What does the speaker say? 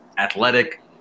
athletic